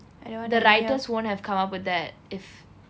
the writers won't have come up with that if